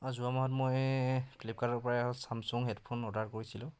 অঁ যোৱা মাহত মই ফ্লিপকাৰ্টৰ পৰা এডাল ছামছুং হে'ডফোন অৰ্ডাৰ কৰিছিলোঁ